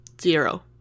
Zero